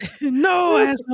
no